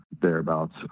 thereabouts